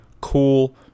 cool